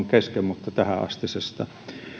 kesken mutta kiitän tähänastisesta